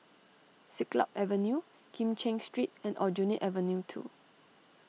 Siglap Avenue Kim Cheng Street and Aljunied Avenue two